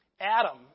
Adam